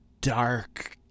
dark